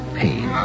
pain